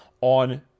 on